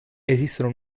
esistono